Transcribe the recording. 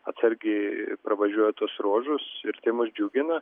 atsargiai pravažiuoja tuos ruožus ir tai mus džiugina